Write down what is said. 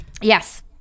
Yes